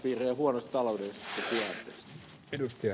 herra puhemies